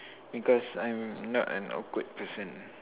because I'm not an awkward person ah